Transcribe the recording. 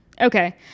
okay